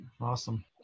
Awesome